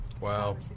Wow